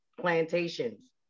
plantations